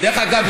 דרך אגב,